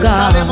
God